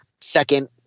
second